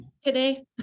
today